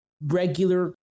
regular